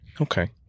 Okay